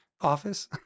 office